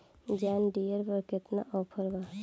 John Deere पर केतना offer बा?